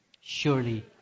Surely